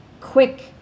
quick